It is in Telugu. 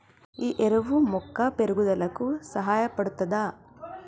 ఈ ఎరువు మొక్క పెరుగుదలకు సహాయపడుతదా?